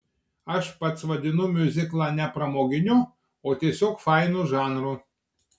aš pats vadinu miuziklą ne pramoginiu o tiesiog fainu žanru